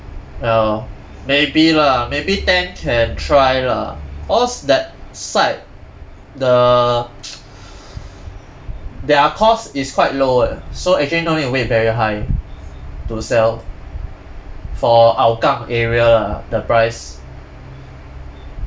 ya lor maybe lah maybe ten can try lah cause that side the their cost is quite low eh so actually no need to wait very high to sell for hougang area ah the price